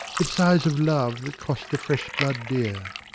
with sighs of love that costs the fresh blood dear.